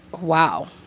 wow